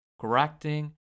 correcting